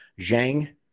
Zhang